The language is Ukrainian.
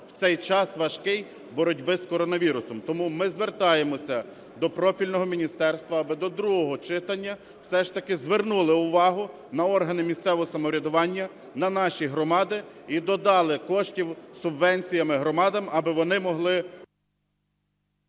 в цей час важкий боротьби з коронавірусом. Тому ми звертаємося до профільного міністерства, аби до другого читання все ж таки звернули увагу на органи місцевого самоврядування, на наші громади і додали кошти субвенціями громадам, аби вони могли…